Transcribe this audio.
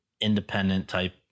independent-type